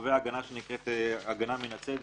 קובע הגנה שנקראת הגנה מן הצדק.